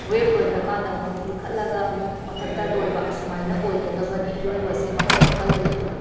web ꯂꯣꯏꯈ꯭ꯔꯀꯥꯟꯗ ꯑꯃꯨꯛ ꯂꯤꯈꯠꯂꯒ ꯑꯃꯨꯛ ꯃꯊꯛꯇ ꯂꯣꯏꯕ ꯁꯨꯃꯥꯏꯅ ꯑꯣꯏꯒꯗꯕꯅꯤ ꯏꯔꯣꯏꯕꯁꯦ ꯃꯈꯜ ꯃꯈꯜ ꯂꯩ ꯑꯗꯨꯅꯤ